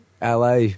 LA